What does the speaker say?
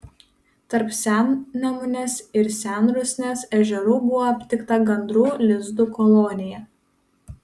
tarp sennemunės ir senrusnės ežerų buvo aptikta gandrų lizdų kolonija